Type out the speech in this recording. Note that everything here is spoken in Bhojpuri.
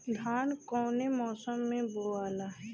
धान कौने मौसम मे बोआला?